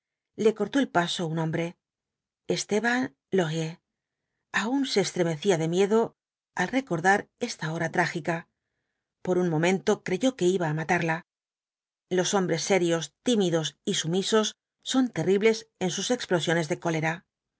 le cortó el paso un hombre esteban laurier aun se estremecía de miedo al recordar esta hora trágica por un momento creyó que iba á matarla los hombres serios tímidos y sumisos son terribles en sus explosiones de cólera el